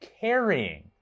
carrying